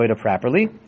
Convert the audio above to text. properly